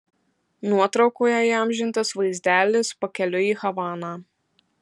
nuotraukoje įamžintas vaizdelis pakeliui į havaną